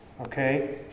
Okay